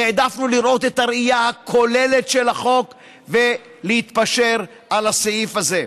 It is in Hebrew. והעדפנו לראות את הראייה הכוללת של החוק ולהתפשר על הסעיף הזה,